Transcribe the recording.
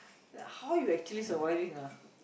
how you actually surviving ah